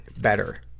Better